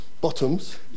bottoms